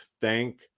Thank